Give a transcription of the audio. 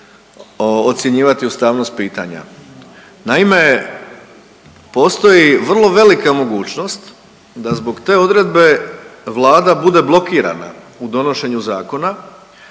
ocjenjivati ustavnost pitanja. Naime, postoj vrlo velika mogućnost da zbog te odredbe Vlada bude blokirana u donošenju zakona